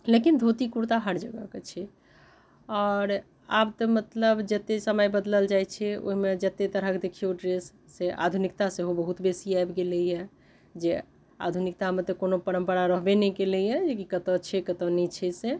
लेकिन धोती कुर्ता हर जगहके छियै आओर आब तऽ मतलब जते समय बदलल जाइत छै ओहिमे जते तरहके देखिऔ ड्रेस से आधुनिकता सेहो बहुत बेसी आबि गेलैया जे आधुनिकतामे तऽ कओनो परम्परा रहबे नहि कयलैया जे कि कतहुँ छै कतहुँ नहि छै से